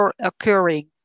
occurring